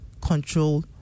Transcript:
control